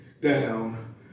down